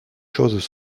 choses